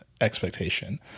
expectation